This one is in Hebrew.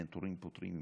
המנטורים פותרים,